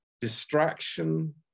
distraction